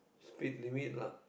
speed limit lah